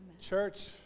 Church